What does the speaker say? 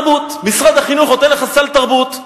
משרד החינוך נותן לך סל תרבות,